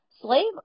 Slave